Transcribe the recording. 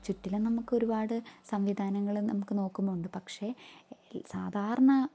ചുറ്റിലും നമുക്ക് ഒരുപാട് സംവിധാനങ്ങളും നമുക്ക് നോക്കുന്നുണ്ട് പക്ഷെ സാധാരണ